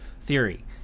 theory